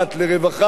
לרווחה,